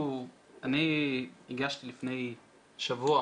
אני הגשתי לפני שבוע